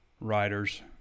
writers